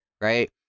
right